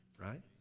right